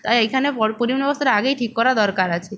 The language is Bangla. তাই এখানে পরিবহন ব্যবস্থাটা আগেই ঠিক করার দরকার আছে